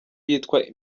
yitwa